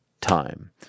Time